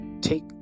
take